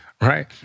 right